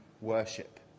worship